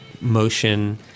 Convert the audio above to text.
motion